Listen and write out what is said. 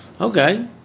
Okay